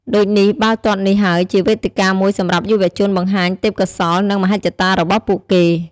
ដូចនេះ បាល់ទាត់នេះហើយជាវេទិកាមួយសម្រាប់យុវជនបង្ហាញទេពកោសល្យ និងមហិច្ឆតារបស់ពួកគេ។